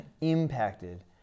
impacted